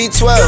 V12